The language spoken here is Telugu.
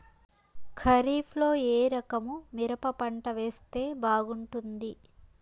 ఖరీఫ్ లో ఏ రకము మిరప పంట వేస్తే బాగుంటుంది